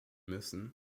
müssen